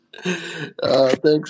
Thanks